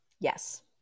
Yes